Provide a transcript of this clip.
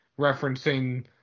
referencing